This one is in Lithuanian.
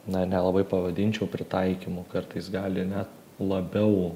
na nelabai pavadinčiau pritaikymu kartais gali ne labiau